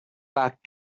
back